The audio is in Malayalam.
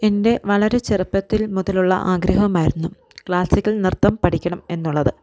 എൻ്റെ വളരെ ചെറുപ്പത്തിൽ മുതലുള്ള ആഗ്രഹമായിരുന്നു ക്ലാസിക്കൽ നൃത്തം പഠിക്കണം എന്നുള്ളത്